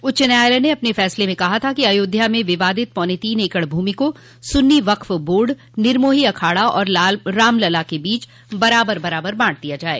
उच्च न्यायालय ने अपने फैसले में कहा था कि अयोध्या में विवादित पौने तीन एकड़ भूमि को सुन्नी वक्फ बोर्ड निरमोही अखाड़ा और रामलला के बीच बराबर बराबर बांट दिया जाये